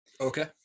okay